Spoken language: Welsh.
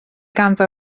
ganddo